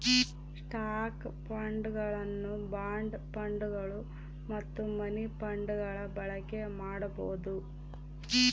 stock ಫಂಡ್ಗಳನ್ನು bond ಫಂಡ್ಗಳು ಮತ್ತು ಮನಿ ಫಂಡ್ಗಳ ಬಳಕೆ ಮಾಡಬೊದು